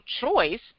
choice